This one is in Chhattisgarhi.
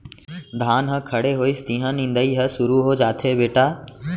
धान ह खड़े होइस तिहॉं निंदई ह सुरू हो जाथे बेटा